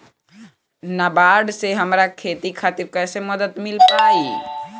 नाबार्ड से हमरा खेती खातिर कैसे मदद मिल पायी?